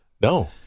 No